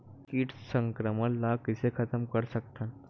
कीट संक्रमण ला कइसे खतम कर सकथन?